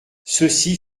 ceci